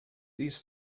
these